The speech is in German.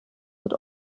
wird